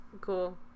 cool